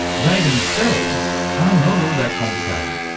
they themselves are not all that complicated,